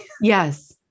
yes